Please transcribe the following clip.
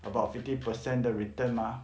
about fifty percent 的 return mah